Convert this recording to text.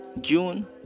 June